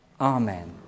Amen